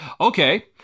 Okay